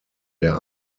der